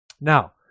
Now